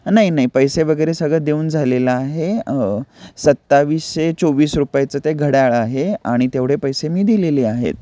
नाही नाही पैसे वगैरे सगळं देऊन झालेलं आहे सत्तावीसशे चोवीस रुपयचं ते घड्याळ आहे आणि तेवढे पैसे मी दिलेले आहेत